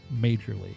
majorly